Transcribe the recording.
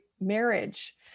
marriage